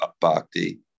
bhakti